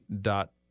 dot